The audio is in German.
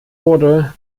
wurde